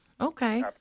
Okay